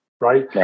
Right